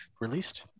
released